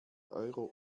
euro